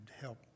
help